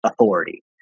authority